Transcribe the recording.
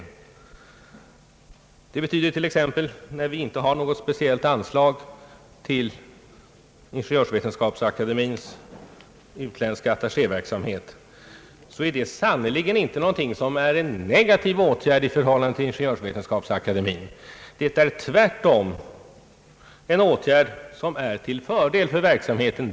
När vi t.ex. inte har något speciellt anslag till Ingeniörsvetenskapsakademiens =: attaché verksamhet utomlands, är det sannerligen inte någon negativ åtgärd gentemot IVA. Det är tvärtom en åtgärd som är till fördel för verksamheten.